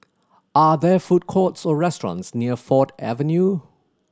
are there food courts or restaurants near Ford Avenue